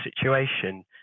situation